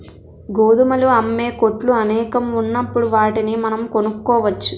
గోధుమలు అమ్మే కొట్లు అనేకం ఉన్నప్పుడు వాటిని మనం కొనుక్కోవచ్చు